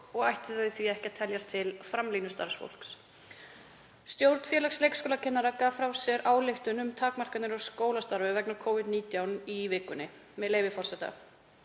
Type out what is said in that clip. og ættu því að teljast til framlínustarfsfólks. Stjórn Félags leikskólakennara sendi frá sér ályktun um takmarkanir á skólastarfi vegna Covid-19 í vikunni, með leyfi forseta: